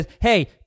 Hey